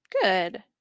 Good